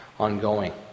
ongoing